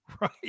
right